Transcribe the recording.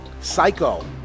Psycho